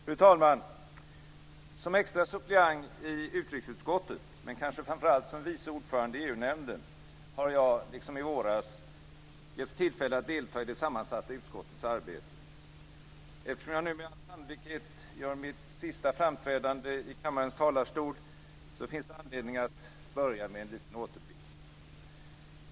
Fru talman! Som extra suppleant i utrikesutskottet men kanske framför allt som vice ordförande i EU nämnden har jag liksom i våras givits tillfälle att delta i det sammansatta utskottets arbete. Eftersom jag nu med all sannolikhet gör mitt sista framträdande i kammarens talarstol har jag anledning att börja med en liten återblick.